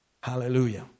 Hallelujah